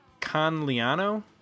Conliano